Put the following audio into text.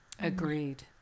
Agreed